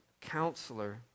counselor